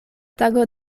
tago